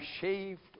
shaved